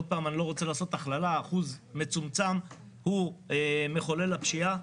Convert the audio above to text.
אחוז מצומצם הוא מחולל הפשיעה,